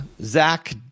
Zach